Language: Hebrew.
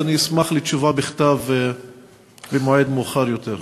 אז אני אשמח לתשובה בכתב במועד מאוחר יותר.